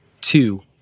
two